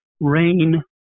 Rain